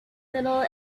little